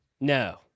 No